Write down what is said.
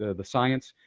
ah the science,